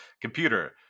computer